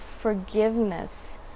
forgiveness